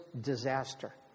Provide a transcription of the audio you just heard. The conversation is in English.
disaster